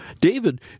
david